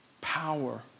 power